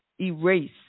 erase